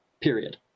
period